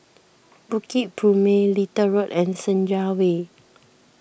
Bukit Purmei Little Road and Senja Way